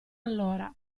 allora